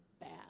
bad